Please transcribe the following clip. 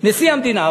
לנשיא המדינה,